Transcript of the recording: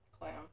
Clam